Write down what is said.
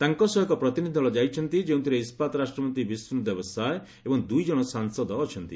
ତାଙ୍କ ସହ ଏକ ପ୍ରତିନିଧି ଦଳ ଯାଇଛନ୍ତି ଯେଉଁଥିରେ ଇସ୍କାତ୍ ରାଷ୍ଟ୍ରମନ୍ତ୍ରୀ ବିଷ୍ଣୁଦେବ ସାଏ ଏବଂ ଦୁଇ ଜଣ ସାଂସଦ ଅଛନ୍ତି